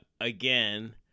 again